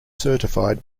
certified